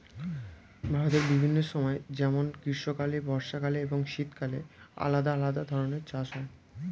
ভারতের বিভিন্ন সময় যেমন গ্রীষ্মকালে, বর্ষাকালে এবং শীতকালে আলাদা আলাদা ধরনের চাষ হয়